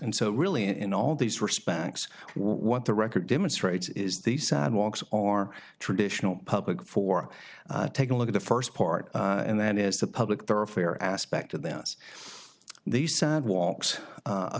and so really in all these respects what the record demonstrates is the sidewalks or traditional public for take a look at the first part and that is the public thoroughfare aspect of the us these sidewalks